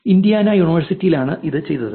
Indiana യൂണിവേഴ്സിറ്റിയിലാണ് ഇത് ചെയ്തത്